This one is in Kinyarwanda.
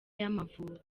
y’amavubi